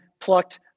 plucked